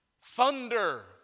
Thunder